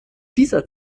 dieser